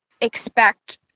expect